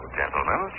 gentlemen